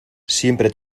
siempre